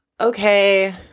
okay